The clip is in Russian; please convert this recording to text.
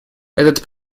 этот